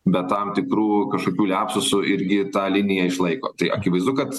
be tam tikrų kažkokių liapsusų irgi tą liniją išlaiko tai akivaizdu kad